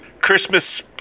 Christmas